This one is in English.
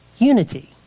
Unity